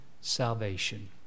salvation